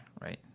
right